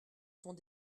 sont